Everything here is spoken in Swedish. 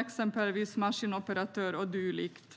exempelvis maskinoperatörer och dylikt.